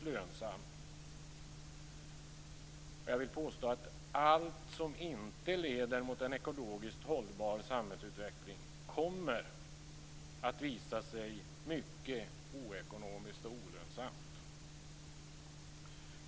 Jag vill påstå att allt som inte leder mot en ekologiskt hållbar samhällsutveckling kommer att visa sig mycket oekonomiskt och olönsamt.